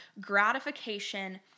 gratification